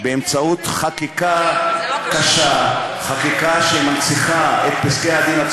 אין קשר בין הדברים.